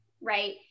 right